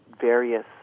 various